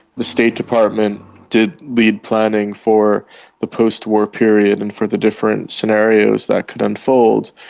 the state department did lead planning for the post-war period and for the different scenarios that could unfold,